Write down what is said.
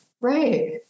Right